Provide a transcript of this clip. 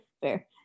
fair